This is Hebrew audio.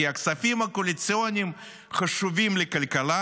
כי הכספים הקואליציוניים חשובים לכלכלה,